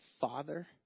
father